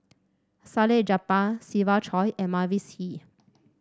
Salleh Japar Siva Choy and Mavis Hee